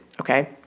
Okay